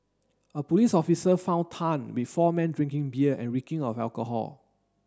a police officer found Tan with four men drinking beer and reeking of alcohol